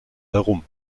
herum